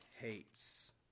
hates